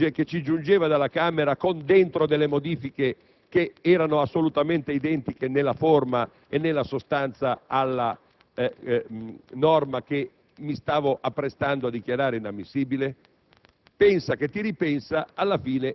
ad un testo di legge che ci giungeva dalla Camera con modifiche al suo interno assolutamente identiche nella forma e nella sostanza alla norma che mi stavo apprestando a dichiarare inammissibile?